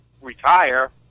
retire